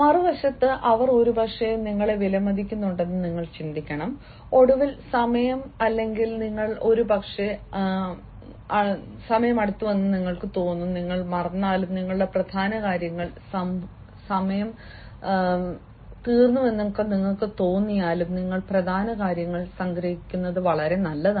മറുവശത്ത് അവർ ഒരുപക്ഷേ നിങ്ങളെ വിലമതിക്കുന്നുണ്ടെന്ന് നിങ്ങൾ ചിന്തിക്കണം ഒടുവിൽ സമയം അല്ലെങ്കിൽ നിങ്ങൾ ഒരുപക്ഷേ അടുത്തുവെന്ന് നിങ്ങൾക്ക് തോന്നുമ്പോൾ നിങ്ങൾ മറന്നാലും നിങ്ങളുടെ പ്രധാന കാര്യങ്ങൾ സംഗ്രഹിക്കുന്നത് നല്ലതാണ്